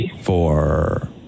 four